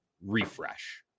refresh